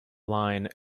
line